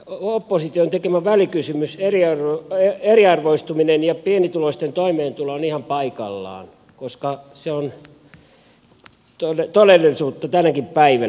opposition tekemä välikysymys eriarvoistuminen ja pienituloisten toimeentulo on ihan paikallaan koska se on todellisuutta tänäkin päivänä